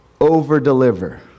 over-deliver